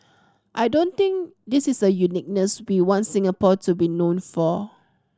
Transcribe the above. I don't think this is a uniqueness we want Singapore to be known for